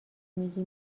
میگی